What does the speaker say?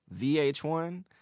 VH1